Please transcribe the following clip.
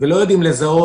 ולא יודעים לזהות,